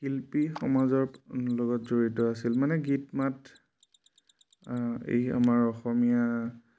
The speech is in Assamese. শিল্পী সমাজৰ লগত জড়িত আছিল মানে গীত মাত এই আমাৰ অসমীয়া